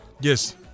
Yes